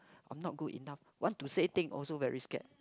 or not good enough want to say thing also very scared